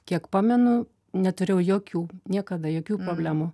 kiek pamenu neturėjau jokių niekada jokių problemų